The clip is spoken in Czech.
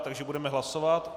Takže budeme hlasovat.